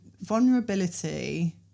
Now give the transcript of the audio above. vulnerability